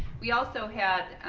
we also had,